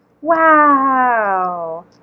Wow